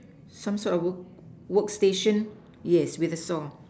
some sort of work work station yes with a saw